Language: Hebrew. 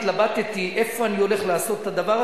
שלדעתי מילא את תפקיד סגן יושב-ראש הכנסת בצורה מכובדת.